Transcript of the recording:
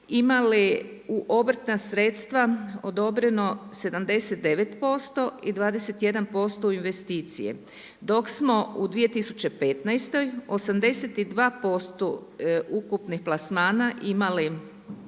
imali u obrtna sredstva odobreno 79% i 21% u investicije, dok smo u 2015. 82% ukupnih plasmana imali